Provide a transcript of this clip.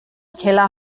keller